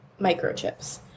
microchips